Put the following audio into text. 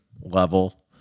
level